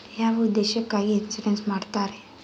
ಯಾವ ಉದ್ದೇಶಕ್ಕಾಗಿ ಇನ್ಸುರೆನ್ಸ್ ಮಾಡ್ತಾರೆ?